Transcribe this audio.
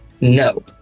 No